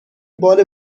بال